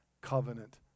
covenant